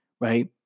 right